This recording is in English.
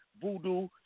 voodoo